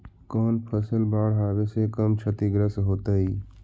कौन फसल बाढ़ आवे से कम छतिग्रस्त होतइ?